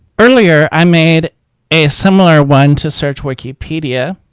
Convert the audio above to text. earlier i made a similar one to search wikipedia